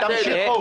תמשיכו.